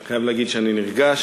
אני חייב להגיד שאני נרגש.